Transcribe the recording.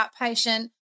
outpatient